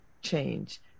change